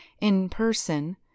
in-person